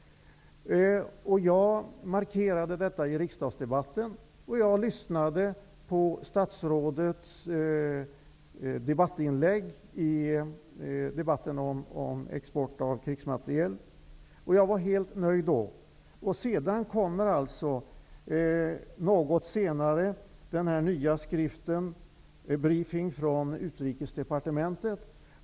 Jag markerade detta i riksdagsdebatten. Jag lyssnade på statsrådets inlägg i debatten om export av krigsmateriel. Jag var helt nöjd då. Något senare kommer den nya skriften Briefing från UD.